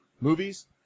movies